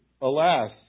Alas